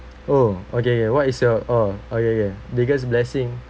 oh okay ya what is your orh okay okay biggest blessing